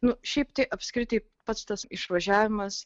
nu šiaip tai apskritai pats tas išvažiavimas